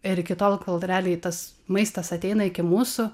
ir iki tol kol realiai tas maistas ateina iki mūsų